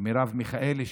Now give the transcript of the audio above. מרב מיכאלי,